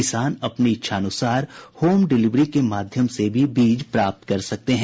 किसान अपनी इच्छानुसार होम डिलीवरी के माध्यम से बीज प्राप्त कर सकते हैं